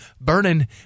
Burning